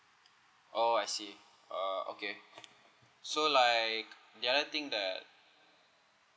oh I see uh okay so like the other thing that